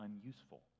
unuseful